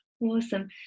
Awesome